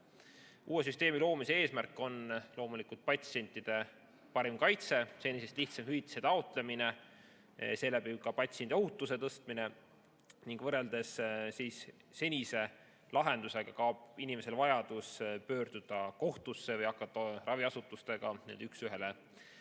Uue süsteemi loomise eesmärk on loomulikult patsientide parem kaitse, senisest lihtsam hüvitise taotlemine, seeläbi ka patsiendiohutuse tõstmine. Võrreldes senise lahendusega kaob inimesel vajadus pöörduda kohtusse või hakata raviasutustega üks ühele